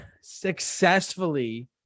successfully